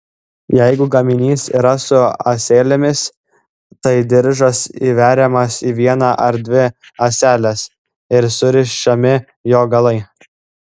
jeigu gaminys yra su ąselėmis tai diržas įveriamas į vieną ar dvi ąseles ir surišami jo galai